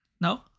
No